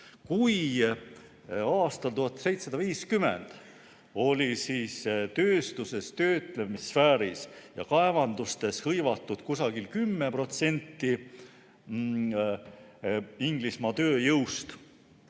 Kui aastal 1750 oli tööstuses, töötlemissfääris ja kaevandustes hõivatud kusagil 10% Inglismaa tööjõust,